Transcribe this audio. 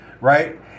right